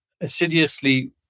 assiduously